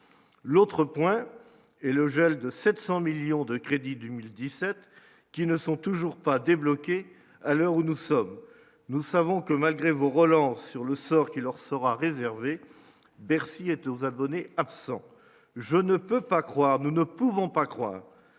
l'autre point et le gel de 700 millions de crédits du 1017 qui ne sont toujours pas débloqué à l'heure où nous sommes, nous savons que malgré vos relances sur le sort qui leur sera réservé, Bercy est aux abonnés absents, je ne peux pas croire, nous ne pouvons pas croire